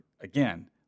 again